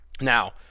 Now